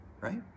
right